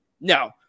No